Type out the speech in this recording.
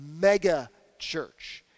mega-church